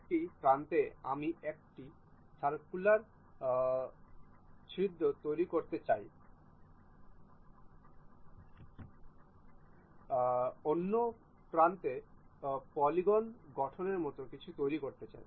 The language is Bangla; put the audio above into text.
এক প্রান্তে আমি একটি সার্কুলার ছিদ্র তৈরি করতে চাই অন্য প্রান্তে পলিগন গর্তের মতো কিছু তৈরি করতে চাই